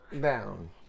Down